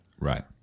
Right